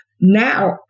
now